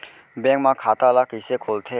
Bank म खाता ल कइसे खोलथे?